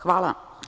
Hvala.